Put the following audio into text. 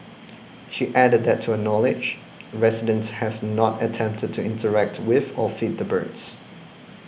she added that to her knowledge residents have not attempted to interact with or feed the birds